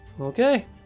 Okay